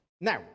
Now